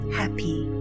happy